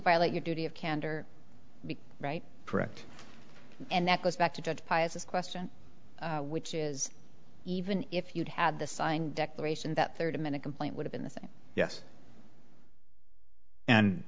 violate your duty of candor right correct and that goes back to judge pius question which is even if you'd had the sign declaration that thirty minute complaint would have been the same yes and